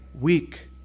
weak